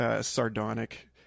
sardonic